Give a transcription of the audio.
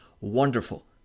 wonderful